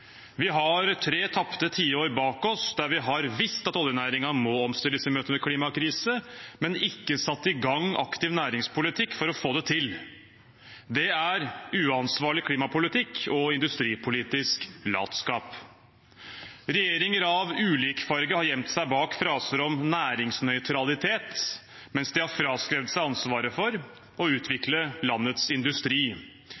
Vi har tre tapte tiår bak oss der vi har visst at oljenæringen må omstilles i møte med en klimakrise, men ikke har satt i gang en aktiv næringspolitikk for å få det til. Det er uansvarlig klimapolitikk og industripolitisk latskap. Regjeringer av ulik farge har gjemt seg bak fraser om næringsnøytralitet mens de har fraskrevet seg ansvaret for å